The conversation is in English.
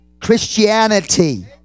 Christianity